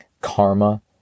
karma